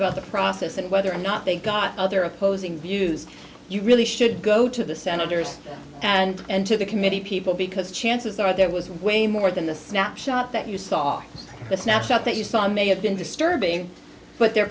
about the process and whether or not they've got other opposing views you really should go to the senators and and to the committee people because chances are there was way more than the snapshot that you saw the snapshot that you saw may have been disturbing but the